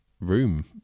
room